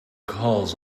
calls